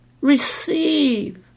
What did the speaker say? receive